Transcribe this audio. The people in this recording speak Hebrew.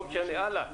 הלאה.